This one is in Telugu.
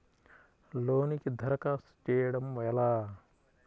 లోనుకి దరఖాస్తు చేయడము ఎలా?